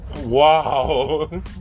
Wow